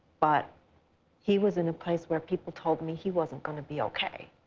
but he was in a place where people told me he wasn't gonna be okay.